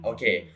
Okay